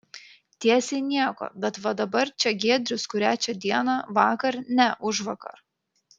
tiesiai nieko bet va dabar čia giedrius kurią čia dieną vakar ne užvakar